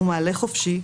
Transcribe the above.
הוא מהלך חופשי,